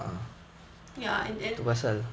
ya and and